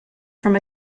from